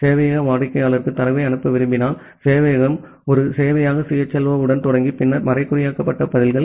சேவையகம் வாடிக்கையாளருக்கு தரவை அனுப்ப விரும்பினால் சேவையகம் ஒரு சேவையக CHLO உடன் தொடங்கி பின்னர் மறைகுறியாக்கப்பட்ட பதில்கள்